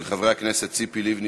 של חברי הכנסת ציפי לבני,